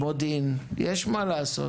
כל המודיעין, יש מה לעשות.